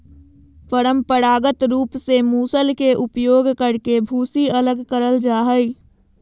परंपरागत रूप से मूसल के उपयोग करके भूसी अलग करल जा हई,